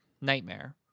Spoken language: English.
nightmare